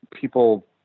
people